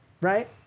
Right